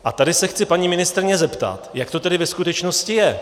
A tady se chci paní ministryně zeptat, jak to tedy ve skutečnosti je.